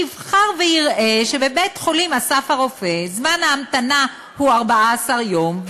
יבחר ויראה שבבית-החולים "אסף הרופא" זמן ההמתנה הוא 14 יום,